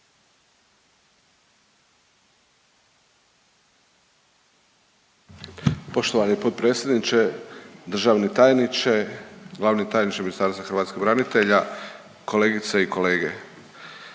Poštovani potpredsjedniče, državni tajniče, glavni tajniče Ministarstva hrvatskih branitelja, kolegice i kolege.